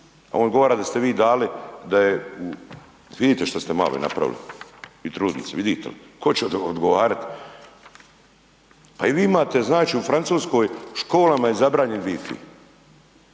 a on odgovara da ste vi dali da je, evo vidite što ste maloj napravili i trudnici, vidite li. Tko će odgovarati? Pa i vi imate, znači u Francuskoj u školama je zabranjen Wi-Fi